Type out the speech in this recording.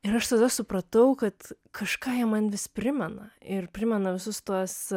ir aš tada supratau kad kažką jie man vis primena ir primena visus tuos